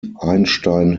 einstein